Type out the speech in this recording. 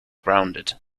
grounded